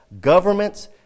governments